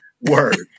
Word